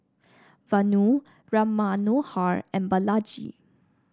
Vanu Ram Manohar and Balaji